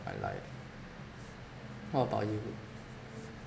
my life what about you